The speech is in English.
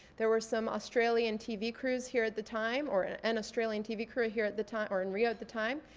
there were some australian tv crews here at the time, or an and australian tv crew here at the time, or in rio at the time.